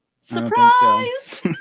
Surprise